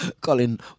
Colin